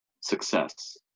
success